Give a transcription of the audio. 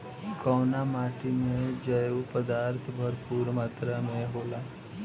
कउना माटी मे जैव पदार्थ भरपूर मात्रा में होला?